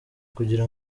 kugira